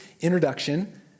introduction